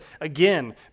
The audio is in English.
again